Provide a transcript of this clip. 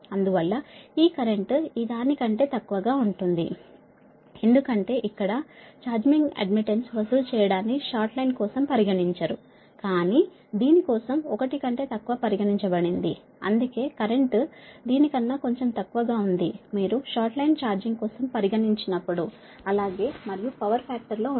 అందువల్ల ఈ కరెంట్ ఈ దాని కంటే తక్కువగా ఉంటుంది ఎందుకంటే ఇక్కడ ఛార్జింగ్ అడ్మిటెన్స్ వసూలు చేయడాన్ని షార్ట్ లైన్ కోసం పరిగణించరు కానీ దీని కోసం ఒకటి కంటే తక్కువ పరిగణించబడింది అందుకే కరెంటు దీని కన్నా కొంచెం తక్కువగా ఉంది మీరు షార్ట్ లైన్ ఛార్జింగ్ కోసం పరిగణించనప్పుడు అలాగే మరియు పవర్ ఫాక్టర్ లో ఉంటుంది మరియు ఇది 0